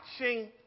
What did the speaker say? watching